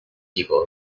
people